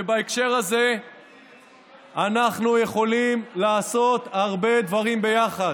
ובהקשר הזה אנחנו יכולים לעשות הרבה דברים ביחד,